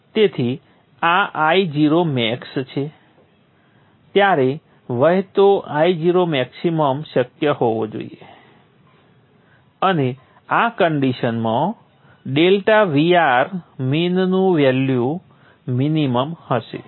તેથી આ Io max છે ત્યારે વહેતો Io મેક્સીમમ શક્ય હોવો જોઈએ અને આ કન્ડીશનમાં ∆Vrmin નું વેલ્યુ મિનિમમ હશે